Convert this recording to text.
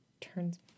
Turns